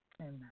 Amen